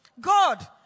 God